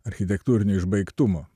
architektūrinio išbaigtumo